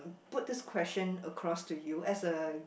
put this question across to you as a